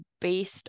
based